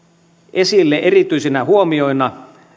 esille erityisinä huomioina